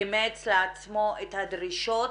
הוא אימץ לעצמו את הדרישות